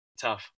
tough